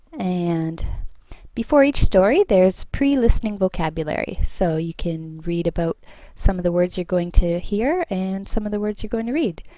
and before each story there's pre-listening vocabulary so you can read about some of the words you're going to hear and some of the words you're going to read